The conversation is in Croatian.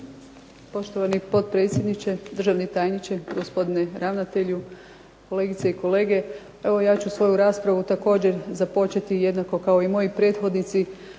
Poštovani potpredsjedniče, državni tajniče, gospodine ravnatelju, kolegice i kolege. Evo ja ću svoju raspravu također započeti jednako kao i moji prethodnici,